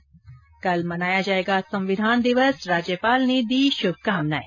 ् कल मनाया जायेगा संविधान दिवस राज्यपाल ने दी शुभकामनाएं